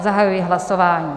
Zahajuji hlasování.